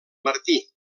martí